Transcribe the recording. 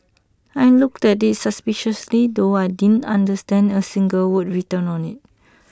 I looked at IT suspiciously though I didn't understand A single word written on IT